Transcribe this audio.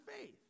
faith